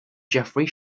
jeffrey